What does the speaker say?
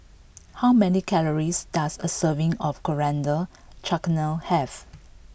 how many calories does a serving of Coriander Chutney have